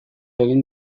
egin